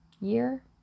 year